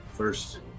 first